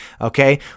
okay